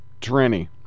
tranny